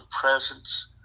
presence